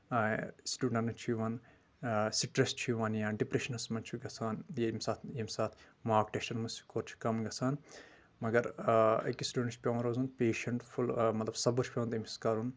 آ سٹیوڈنٹن چھِ یِوان سٹرٮ۪س چھُ یِوان یا ڈپریٚشنس منٛز چھُ گژھان ییٚمہِ ساتہ نہٕ ییٚمہِ ساتہ ماک ٹیسٹن منٛز سِکور چھُ کِم گژھان مگر اۭ أکِس سٹیونٚڈنٹس چھُ پیٚوان روزُن پیٚشنٹ فل مطلب صبر چھُ پٮ۪وان تٔمِس کرُن